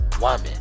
woman